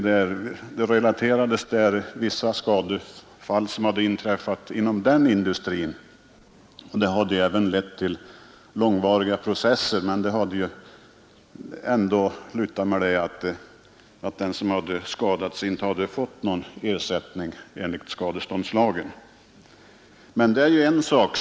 Där relaterades vissa skadefall som inträffat inom den industrin. De hade lett till långvariga processer, som ändå slutat med att de skadade inte fått någon ersättning enligt skadeståndslagen. Det är en sak.